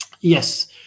Yes